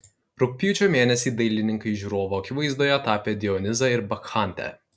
rugpjūčio mėnesį dailininkai žiūrovų akivaizdoje tapė dionizą ir bakchantę